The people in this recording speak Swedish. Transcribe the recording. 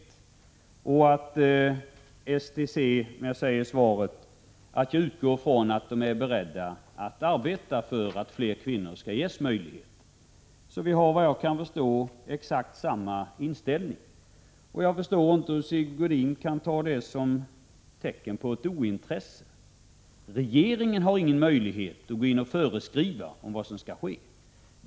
Som jag säger i svaret utgår jag från att STC medverkar till att fler kvinnor skall ges denna möjlighet. Vi har, såvitt jag kan förstå, exakt samma inställning. Jag förstår inte hur Sigge Godin kan ta det som ett tecken på ointresse. Regeringen har inga möjligheter att gå in och föreskriva om vad som skall ske.